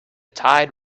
tide